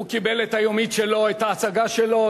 הוא קיבל את היומית שלו, את ההצגה שלו.